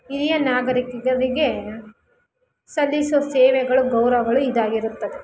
ಹಿರಿಯ ನಾಗರೀಕರಿಗೆ ಸಲ್ಲಿಸುವ ಸೇವೆಗಳು ಗೌರವಗಳು ಇದಾಗಿರುತ್ತದೆ